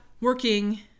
working